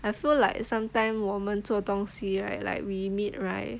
I feel like sometimes 我们做东西 right like we meet right